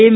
M